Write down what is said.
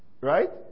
Right